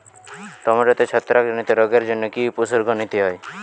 টমেটোতে ছত্রাক জনিত রোগের জন্য কি উপসর্গ নিতে হয়?